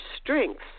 strengths